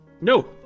No